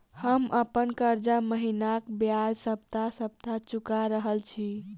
हम अप्पन कर्जा महिनाक बजाय सप्ताह सप्ताह चुका रहल छि